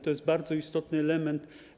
To jest bardzo istotny element.